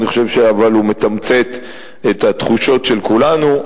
אבל אני חושב שהוא מתמצת את התחושות של כולנו.